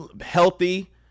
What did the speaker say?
healthy